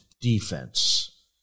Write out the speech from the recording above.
defense